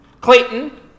Clayton